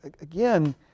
again